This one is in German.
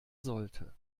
sollte